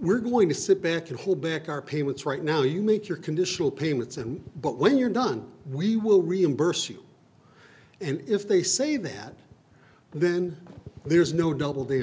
we're going to sit back and hold back our payments right now you make your conditional payments and but when you're done we will reimburse you and if they say that then there's no double d